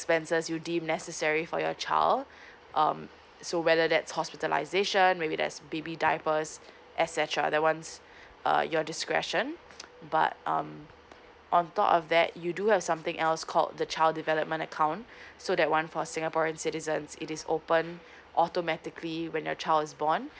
expenses you deem necessary for your child um so whether that's hospitalization maybe that's baby diapers as actual the ones uh your discretion but um on top of that you do have something else called the child development account so that one for singaporean citizens it is open automatically when your child is born